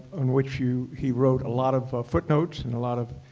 on which you he wrote a lot of ah footnotes and a lot of